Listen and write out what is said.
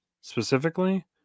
specifically